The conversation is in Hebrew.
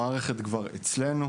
המערכת כבר אצלנו,